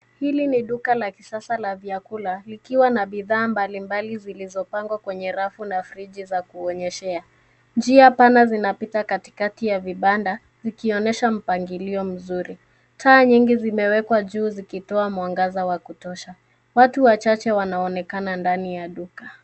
Hili ni duka la kisasa la vyakula likiwa na bidhaa mbalimbali zilizopangwa kwenye rafu na friji za kuonyeshea. Njia pana zinapita katikati ya vibanda, ikionyesha mpangilio mzuri. Taa nyingi zimewekwa juu zikitoa mwangaza wa kutosha. Watu wachache wanaonekana ndani ya duka.